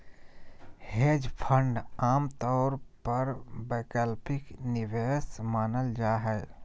hedge fund आमतौर पर वैकल्पिक निवेश मानल जा हय